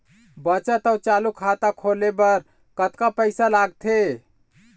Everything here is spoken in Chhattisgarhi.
बचत अऊ चालू खाता खोले बर कतका पैसा लगथे?